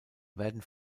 werden